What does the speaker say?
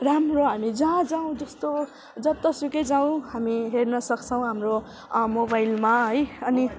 राम्रो हामी जहाँ जाउँ जस्तो जतासुकै जाउँ हामी हेर्न सक्छौँ हाम्रो मोबाइलमा है अनि